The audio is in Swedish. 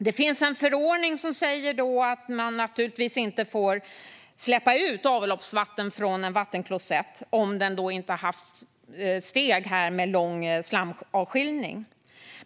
Det finns en förordning som säger att man naturligtvis inte får släppa ut avloppsvatten från vattenklosett om den inte har steg med lång slamavskiljning.